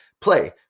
Play